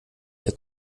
der